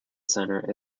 centre